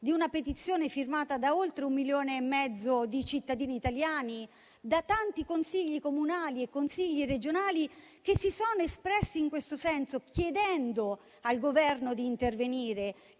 di una petizione firmata da oltre 1,5 milioni di cittadini italiani, da tanti consigli comunali e regionali che si sono espressi in questo senso, chiedendo al Governo di intervenire